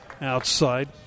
outside